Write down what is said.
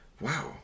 Wow